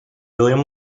william